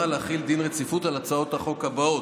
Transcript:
להחיל דין רציפות על הצעות החוק הבאות: